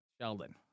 Sheldon